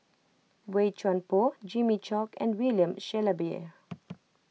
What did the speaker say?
Boey Chuan Poh Jimmy Chok and William Shellabear